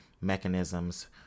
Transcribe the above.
mechanisms